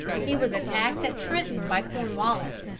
he was attacked at trenton by cornwallis,